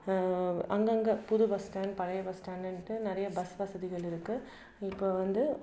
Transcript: அங்கங்கே புது bus stand பழைய பஸ் ஸ்டாண்டுன்ட்டு நிறைய பஸ் வசதிகள் இருக்குது இப்போ வந்து